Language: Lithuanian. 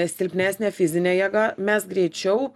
silpnesnė fizinė jėga mes greičiau